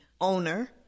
owner